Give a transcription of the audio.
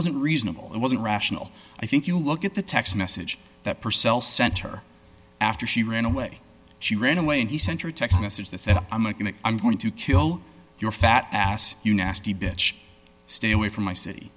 wasn't reasonable it wasn't rational i think you look at the text message that purcell center after she ran away she ran away and he sent her a text message that said i'm like you know i'm going to kill your fat ass you nasty bitch stay away from my city